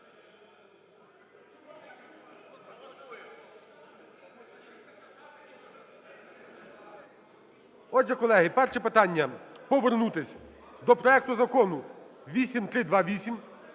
Отже, колеги, перше питання – повернутись до проекту Закону 8328